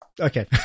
okay